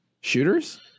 Shooters